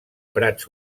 prats